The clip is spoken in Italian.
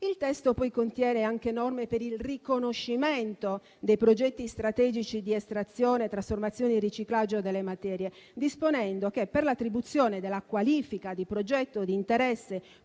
Il testo, poi, contiene anche norme per il riconoscimento dei progetti strategici di estrazione, trasformazione e riciclaggio delle materie, disponendo che, per l'attribuzione della qualifica di progetto di interesse